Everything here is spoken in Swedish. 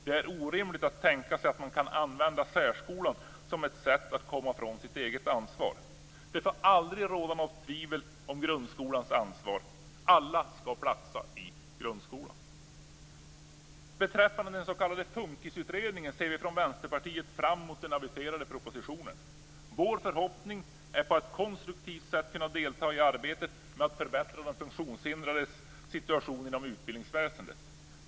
Det är orimligt att tänka sig att man använder särskolan som ett sätt att komma från sitt eget ansvar. Det får aldrig råda något tvivel om grundskolans ansvar. Alla skall platsa i grundskolan! Beträffande den s.k. FUNKIS-utredningen ser vi från Vänsterpartiet fram emot den aviserade propositionen. Vår förhoppning är att på ett konstruktivt sätt kunna delta i arbetet med att förbättra de funktionshindrades situation inom utbildningsväsendet.